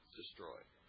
destroyed